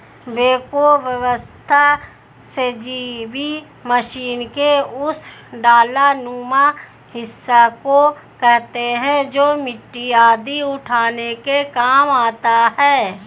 backhoe वस्तुतः JCB machine के उस डालानुमा हिस्सा को कहते हैं जो मिट्टी आदि उठाने के काम आता है